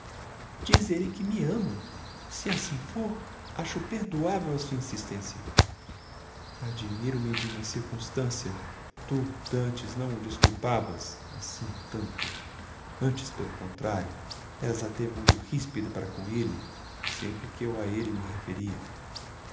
diz elle que me ama se assim fôr acho perdoavel a sua insistencia admiro me de uma circumstancia tu d'antes não o desculpavas assim tanto antes pelo contrario eras até muito rispida para com elle sempre que eu a elle me referia